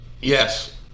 Yes